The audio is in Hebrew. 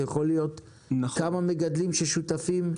זה יכול להיות כמה מגדלים שהם שותפים?